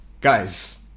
guys